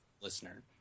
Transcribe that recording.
listener